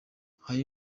hari